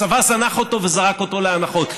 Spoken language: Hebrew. הצבא זנח אותו וזרק אותו לאנחות.